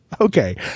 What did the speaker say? Okay